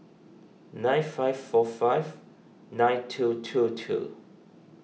nine five four five nine two two two